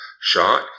shot